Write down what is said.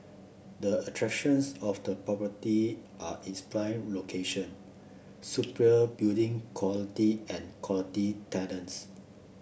the attractions of the property are its prime location superior building quality and quality tenants